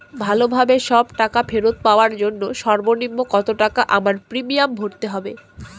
ভালোভাবে সব টাকা ফেরত পাওয়ার জন্য সর্বনিম্ন কতটাকা আমায় প্রিমিয়াম ভরতে হবে?